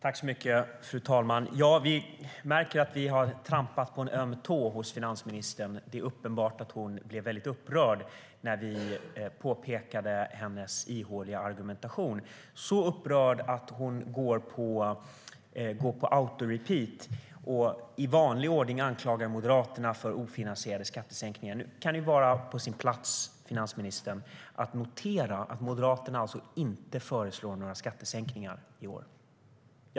Fru talman! Vi märker att vi har trampat på en öm tå hos finansministern. Det är uppenbart att hon blev väldigt upprörd när vi påpekade hennes ihåliga argumentation. Hon blev så upprörd att hon går på autorepeat och i vanlig ordning anklagar Moderaterna för ofinansierade skattesänkningar. Det kan vara på sin plats, finansministern, att notera att Moderaterna inte föreslår några skattesänkningar i år.